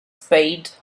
spade